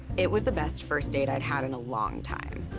it was the best first date i'd had in a long time.